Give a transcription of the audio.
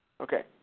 Okay